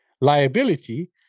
liability